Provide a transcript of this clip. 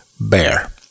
bear